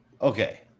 Okay